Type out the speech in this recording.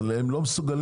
אבל הם לא מסוגלים.